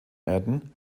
erden